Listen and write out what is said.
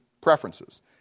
preferences